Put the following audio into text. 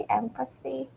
empathy